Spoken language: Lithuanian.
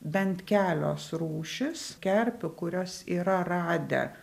bent kelios rūšys kerpių kurios yra radę